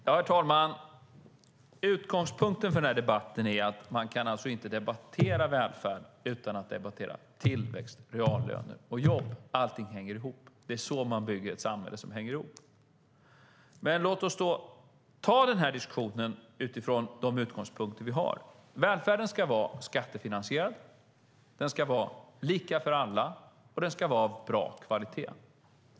Herr talman! Utgångspunkten för den här debatten är att man inte kan debattera välfärd utan att debattera tillväxt, reallöner och jobb. Allting hänger ihop. Det är så man bygger ett samhälle som hänger ihop. Låt oss då ta den här diskussionen utifrån de utgångspunkter vi har. Välfärden ska vara skattefinansierad. Den ska vara lika för alla, och den ska vara av bra kvalitet.